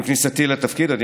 עם כניסתי לתפקיד בחודש מאי,